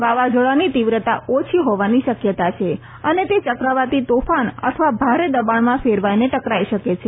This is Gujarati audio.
વાવાઝોડાની તીવ્રતા ઓછી હોવાની શકયતા છે અને તે ચક્રવાતી તોફાન અથવા ભારે દબાણમાં ફેરવાઈને ટકરાઈ શકે છે